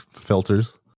filters